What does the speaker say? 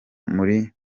muri